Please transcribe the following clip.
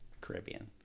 Caribbean